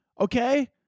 okay